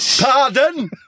pardon